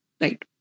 right